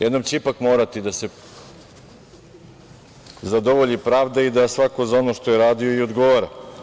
Jednom će ipak morati da se zadovolji pravda i da svako za ono što je radio i odgovara.